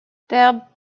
their